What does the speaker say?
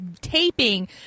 taping